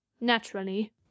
naturally